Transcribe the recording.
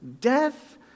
death